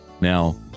Now